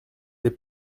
les